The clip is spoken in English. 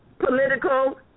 political